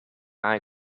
eye